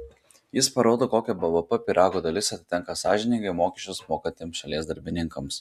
jis parodo kokia bvp pyrago dalis atitenka sąžiningai mokesčius mokantiems šalies darbininkams